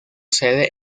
sede